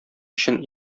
өчен